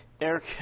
Eric